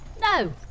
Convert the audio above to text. No